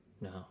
No